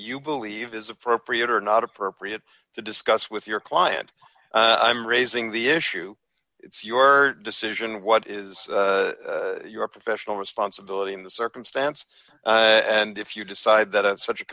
you believe is appropriate or not appropriate to discuss with your client i'm raising the issue it's your decision what is your professional responsibility in the circumstance and if you decide that such a